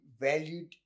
valued